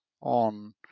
on